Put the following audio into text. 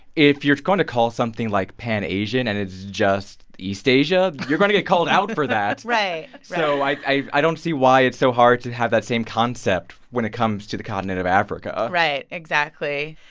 if you're going to call something, like, pan-asian, and it's just east asia, you're going to get called out for that right so like i i don't see why it's so hard to have that same concept when it comes to the continent of africa right, exactly.